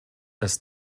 dass